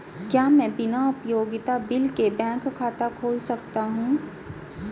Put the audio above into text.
क्या मैं बिना उपयोगिता बिल के बैंक खाता खोल सकता हूँ?